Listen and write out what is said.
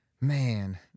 Man